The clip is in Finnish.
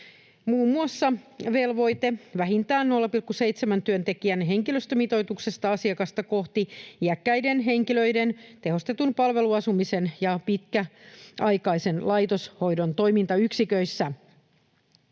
muun muassa velvoite vähintään 0,7:n työntekijän henkilöstömitoituksesta asiakasta kohti iäkkäiden henkilöiden tehostetun palveluasumisen ja pitkäaikaisen laitoshoidon toimintayksiköissä.